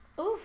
Oof